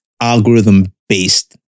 algorithm-based